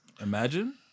Imagine